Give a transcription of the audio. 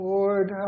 Lord